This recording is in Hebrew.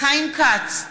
חיים כץ,